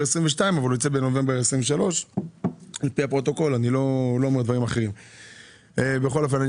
2022 אבל הוא יוצא בנובמבר 2023. בכל אופן,